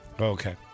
Okay